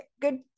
good